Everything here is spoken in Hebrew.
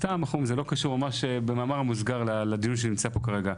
סתם זה לא קשור, במאמר מוסגר לדיון שנמצא פה כרגע.